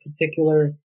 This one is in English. Particular